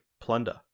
plunder